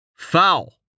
Foul